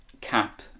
cap